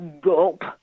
gulp